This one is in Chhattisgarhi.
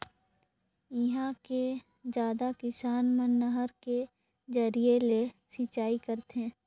इहां के जादा किसान मन नहर के जरिए ले सिंचई करथे